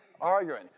Arguing